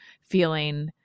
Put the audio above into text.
feeling